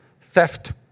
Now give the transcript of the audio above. Theft